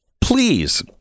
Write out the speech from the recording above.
Please